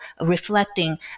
reflecting